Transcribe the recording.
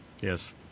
Yes